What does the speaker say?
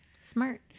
Smart